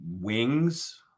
wings